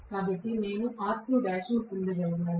కాబట్టి నేను పొందగలగాలి